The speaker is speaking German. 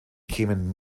kämen